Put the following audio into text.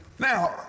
Now